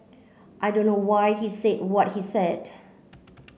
I don't know why he said what he said